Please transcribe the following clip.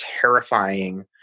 terrifying